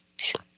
sure